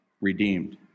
redeemed